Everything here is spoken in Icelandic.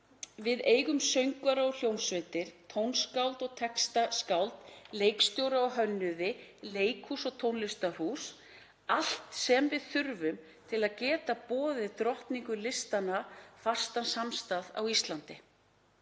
Við eigum söngvara og hljómsveitir, tónskáld og textaskáld, leikstjóra og hönnuði, leikhús og tónlistarhús; allt sem við þurfum til að geta boðið drottningu listanna fastan samastað á Íslandi.